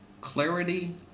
Clarity